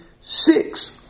six